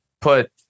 put